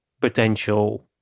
potential